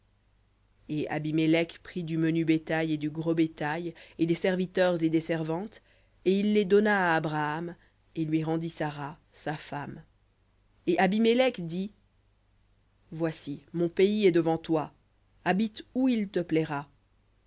et abimélec prit du menu bétail et du gros bétail et des serviteurs et des servantes et il les donna à abraham et lui rendit sara sa femme et abimélec dit voici mon pays est devant toi habite où il te plaira